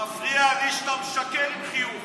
מפריע לי שאתה משקר עם חיוך, כן.